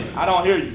i don't hear you.